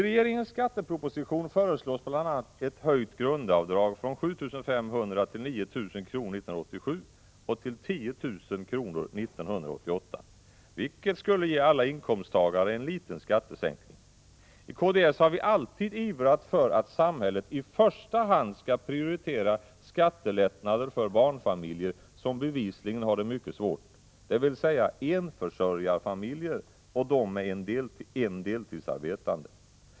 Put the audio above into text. I regeringens skatteproposition föreslås bl.a. en höjning av grundavdraget från 7 500 kr. till 9 000 kr. år 1987 och till 10 000 kr. år 1988, vilket skulle ge alla inkomsttagare en liten skattesänkning. I kds har vi alltid ivrat för att samhället i första hand skall prioritera skattelättnader för barnfamiljer som bevisligen har det mycket svårt, dvs. enförsörjarfamiljer och de med en deltidsarbetande.